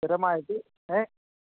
സ്ഥിരമായിട്ട് ഏ